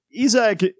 Isaac